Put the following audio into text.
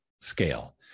scale